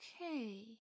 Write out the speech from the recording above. Okay